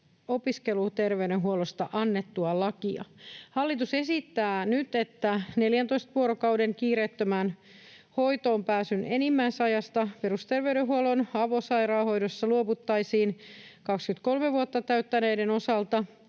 opiskeluterveydenhuollosta annettua lakia. Hallitus esittää nyt, että 14 vuorokauden kiireettömään hoitoon pääsyn enimmäisajasta perusterveydenhuollon avosairaanhoidossa luovuttaisiin 23 vuotta täyttäneiden osalta